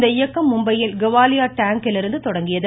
இந்த இயக்கம் மும்பையில் கவாலியா டேங்கிலிருந்து தொடங்கியது